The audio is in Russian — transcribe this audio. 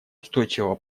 устойчивого